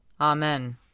Amen